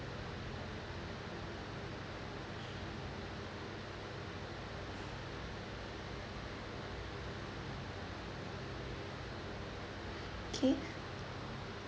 okay